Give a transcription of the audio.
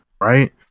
right